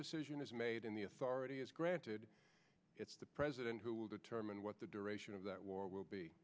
decision is made in the authority is granted it's the president who will determine what the duration of that war will be